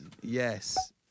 yes